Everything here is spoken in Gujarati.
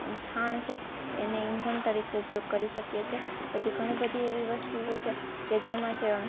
છાણ છે એનો ઇંધણ તરીકે આપણે ઉપયોગ કરી શકીએ છે પછી ઘણી બધી એવી વસ્તુઓ છે કે જેમાં છે